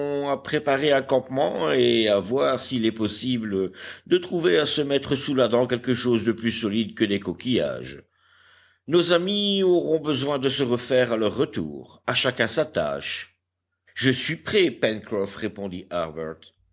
à préparer un campement et à voir s'il est possible de trouver à se mettre sous la dent quelque chose de plus solide que des coquillages nos amis auront besoin de se refaire à leur retour à chacun sa tâche je suis prêt pencroff répondit harbert